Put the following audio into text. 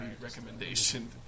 recommendation